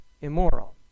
immoral